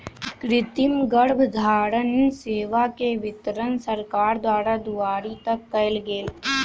कृतिम गर्भधारण सेवा के वितरण सरकार द्वारा दुआरी तक कएल गेल